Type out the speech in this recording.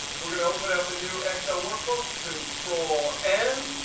we're going to open up a new excel workbook, control n,